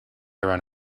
around